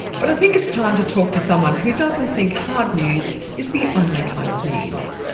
but i think it's time to talk to someone who doesn't think hard news is the only kind of news.